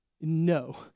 no